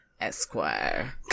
Esquire